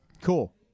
cool